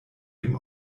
dem